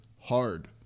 hard